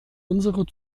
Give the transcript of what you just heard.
unsere